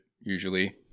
usually